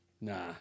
Nah